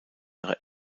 ihre